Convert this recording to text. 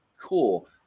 cool